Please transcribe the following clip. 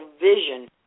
vision